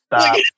Stop